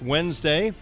Wednesday